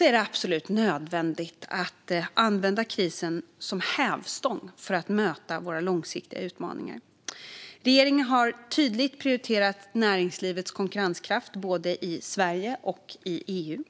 i Europa är det absolut nödvändigt att använda krisen som hävstång för att möta våra långsiktiga utmaningar. Regeringen har tydligt prioriterat näringslivets konkurrenskraft i både Sverige och EU.